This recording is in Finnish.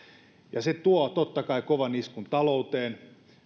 se tuo totta kai kovan iskun talouteen